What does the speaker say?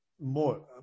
more